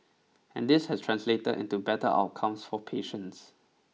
and this has translated into better outcomes for patients